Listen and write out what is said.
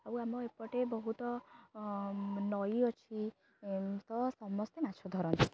ଆଉ ଆମ ଏପଟେ ବହୁତ ନଈ ଅଛି ତ ସମସ୍ତେ ମାଛ ଧରନ୍ତି